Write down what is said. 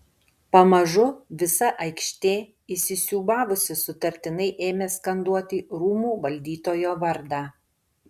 pamažu visa aikštė įsisiūbavusi sutartinai ėmė skanduoti rūmų valdytojo vardą